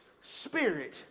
spirit